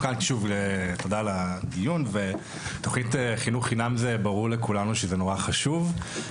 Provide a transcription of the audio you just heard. תודה על הדיון ותוכנית חינוך חינם זה ברור לכולנו שזה נורא חשוב,